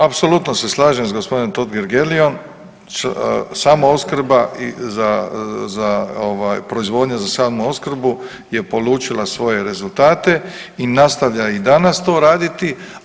Apsolutno se slažem sa gospodinom Totgergeliom samoopskrba i proizvodnja za samu opskrbu je polučila svoje rezultate i nastavlja i danas to raditi.